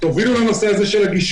תובילו את נושא הגישור,